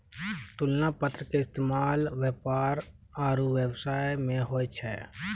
तुलना पत्र के इस्तेमाल व्यापार आरु व्यवसाय मे होय छै